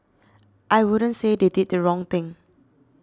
I wouldn't say they did the wrong thing